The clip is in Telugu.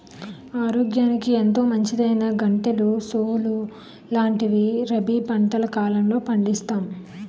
ఆరోగ్యానికి ఎంతో మంచిదైనా గంటెలు, సోలు లాంటివి రబీ పంటల కాలంలో పండిస్తాం